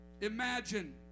Imagine